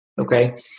Okay